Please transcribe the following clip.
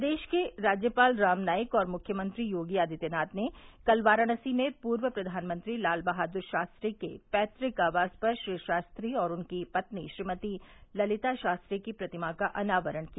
प्रदेश के राज्यपाल राम नाईक और मुख्यमंत्री योगी आदित्यनाथ ने कल वाराणसी में पूर्व प्रधानमंत्री लाल बहाद्र शास्त्री के पैतक आवास पर श्री शास्त्री और उनकी पत्नी श्रीमती ललिता शास्त्री की प्रतिमा का अनावरण किया